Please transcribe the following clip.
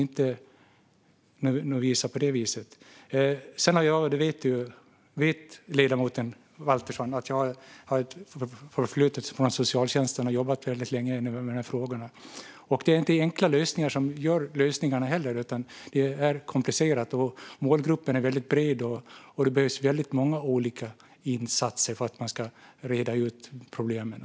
Ledamoten Waltersson Grönvall vet att jag har ett förflutet inom socialtjänsten och har jobbat väldigt länge med de här frågorna. Det finns inga enkla lösningar, utan det är komplicerat. Målgruppen är väldigt bred, så det behövs väldigt många olika insatser för att man ska reda ut problemen.